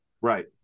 Right